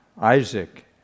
Isaac